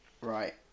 Right